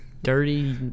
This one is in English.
dirty